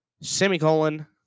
semicolon